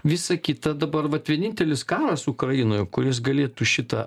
visa kita dabar vat vienintelis karas ukrainoj kuris galėtų šį tą